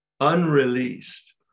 unreleased